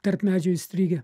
tarp medžių įstrigę